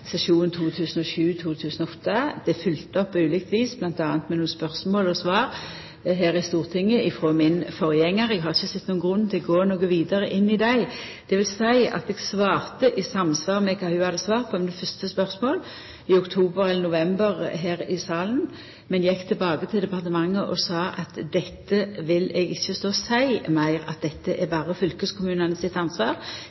opp på ulikt vis, m.a. med nokre spørsmål og svar her i Stortinget frå min forgjengar. Eg har ikkje sett nokon grunn til å gå noko vidare inn i dei, dvs. at eg svarte i samsvar med det ho hadde svart på, til det fyrste spørsmålet, i november her i salen. Men eg gjekk tilbake til departementet og sa at eg ville ikkje lenger stå og seia at dette er